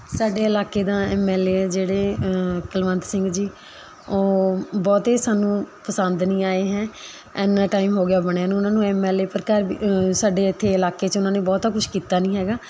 ਸਾਡੇ ਇਲਾਕੇ ਦਾ ਐੱਮ ਐੱਲ ਏ ਆ ਜਿਹੜੇ ਕੁਲਵੰਤ ਸਿੰਘ ਜੀ ਉਹ ਬਹੁਤੇ ਸਾਨੂੰ ਪਸੰਦ ਨਹੀਂ ਆਏ ਹੈ ਐਨਾ ਟਾਈਮ ਹੋ ਗਿਆ ਬਣਿਆ ਨੂੰ ਉਹਨਾਂ ਨੂੰ ਐੱਮ ਐੱਲ ਏ ਪਰ ਘਰ ਵ ਸਾਡੇ ਇੱਥੇ ਇਲਾਕੇ 'ਚ ਉਹਨਾਂ ਨੇ ਬਹੁਤਾ ਕੁਛ ਕੀਤਾ ਨਹੀਂ ਹੈਗਾ